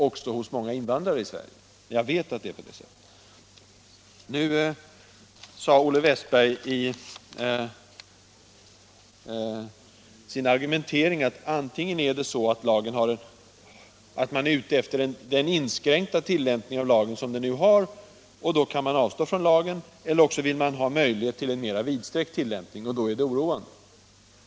Nu sade Olle Wästberg att man antingen är ute efter den inskränkta tillämpningen av lagen som vi nu har, och då kan man avstå från lagen, eller också vill man ha möjlighet till en mera vidsträckt tillämpning, och då är det oroande.